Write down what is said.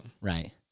Right